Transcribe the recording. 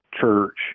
church